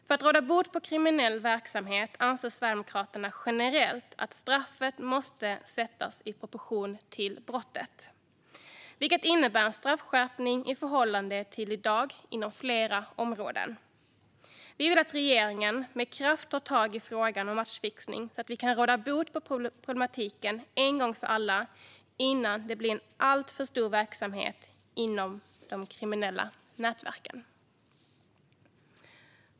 För att råda bot på kriminell verksamhet anser Sverigedemokraterna generellt att straffet måste sättas i proportion till brottet, vilket innebär en straffskärpning i förhållande till i dag inom flera områden. Vi vill att regeringen med kraft tar tag i frågan om matchfixning så att man kan råda bot på problematiken en gång för alla innan det blir en alltför stor verksamhet inom de kriminella nätverken.